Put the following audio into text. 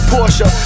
Porsche